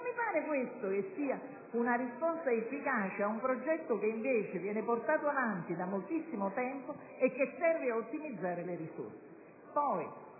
mi sembra questa una risposta efficace ad un progetto che, invece, viene portato avanti da moltissimo tempo e che serve ad ottimizzare le risorse. Sul